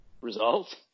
result